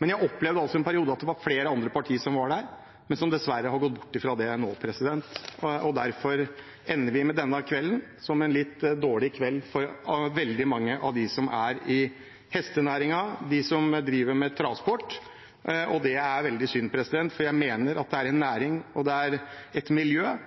Jeg opplevde også en periode at det var flere andre partier som var det, men som dessverre har gått bort fra det nå. Derfor ender denne kvelden som en litt dårlig kveld for veldig mange av dem som er i hestenæringen, for dem som driver med travsport. Det er veldig synd, for jeg mener at det er en næring og et miljø der